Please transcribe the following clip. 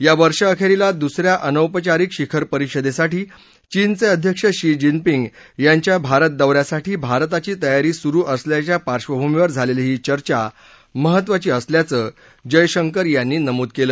या वर्षअखेरीला दुसऱ्या अनौपचारिक शिखर परिषदेसाठी चीनचे अध्यक्ष शी जिनपिंग यांच्या भारत दौऱ्यासाठी भारताची तयारी सुरू असल्याच्या पार्श्वभूमीवर झालेली ही चर्चा महत्त्वाची असल्याचे जयशंकर यांनी नमूद केलं